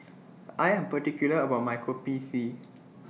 I Am particular about My Kopi C